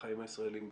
לחיים הישראלים בכלל.